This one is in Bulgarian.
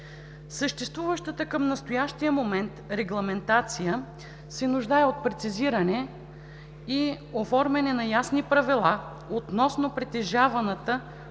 Съществуващата към настоящия момент регламентация се нуждае от прецизиране и оформяне на ясни правила относно притежаваната от училищата